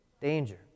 danger